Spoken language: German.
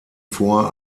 vor